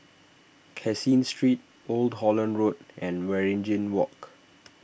Caseen Street Old Holland Road and Waringin Walk